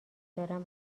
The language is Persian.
دارن